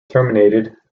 terminated